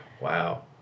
Wow